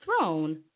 throne